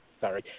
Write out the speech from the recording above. Sorry